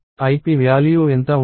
ip value ఎంత ఉంటుంది